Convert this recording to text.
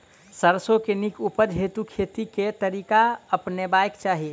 सैरसो केँ नीक उपज हेतु खेती केँ केँ तरीका अपनेबाक चाहि?